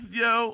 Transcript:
yo